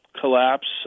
collapse